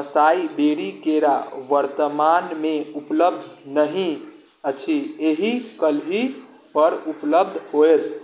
असाई berry केरा वर्तमानमे उपलब्ध नहि अछि एहि कल्हि पर उपलब्ध होएत